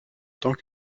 tant